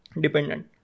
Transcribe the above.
Dependent